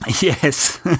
Yes